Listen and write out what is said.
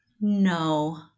no